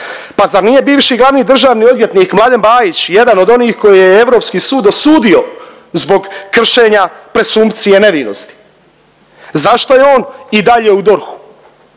Pa zar nije bivši glavni državni odvjetnik Mladen Bajić jedan od onih koje je Europski sud osudio zbog kršenja presumpcije nevinosti? Zašto je on i dalje u DORH-u?